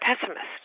pessimist